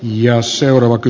jos seuraava ky